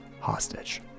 hostage